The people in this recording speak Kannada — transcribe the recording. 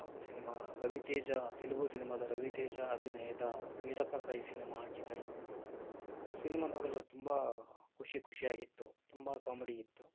ಅದು ಸಿನಿಮಾ ರವಿತೇಜ ತೆಲುಗು ಸಿನಿಮಾದ ರವಿತೇಜ ಅಭಿನಯದ ಮಿರಪಕಾಯ್ ಸಿನಿಮಾ ಹಾಕಿದ್ದರು ಆ ಸಿನಿಮಾ ನೋಡಲು ತುಂಬ ಖುಷಿ ಖುಷಿಯಾಗಿತ್ತು ತುಂಬ ಕಾಮಿಡಿ ಇತ್ತು